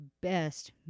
best